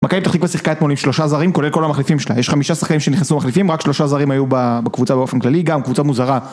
מכבי פתח תקווה שיחקה אתמול עם שלושה זרים, כולל כל המחליפים שלה, יש חמישה שחקנים שנכנסו מחליפים, רק שלושה זרים היו בקבוצה באופן כללי, גם קבוצה מוזרה